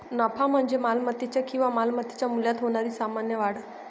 नफा म्हणजे मालमत्तेच्या किंवा मालमत्तेच्या मूल्यात होणारी सामान्य वाढ